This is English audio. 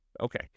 Okay